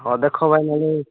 ହଁ ଦେଖ ଭାଇ ନହେଲେ